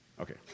Okay